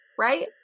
right